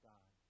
God